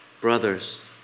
Brothers